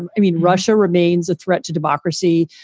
and i mean, russia remains a threat to democracy,